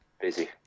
busy